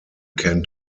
can